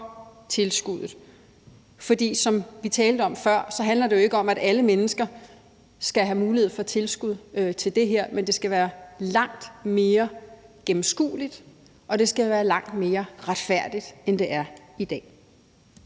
tilskuddet. For som vi talte om før, handler det jo ikke om, at alle mennesker skal have mulighed for tilskud til det her, men det skal være langt mere gennemskueligt, og det skal være langt mere retfærdigt, end det er i dag.